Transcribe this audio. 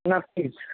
नक्कीच